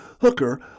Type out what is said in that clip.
Hooker